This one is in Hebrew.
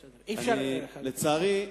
לצערי,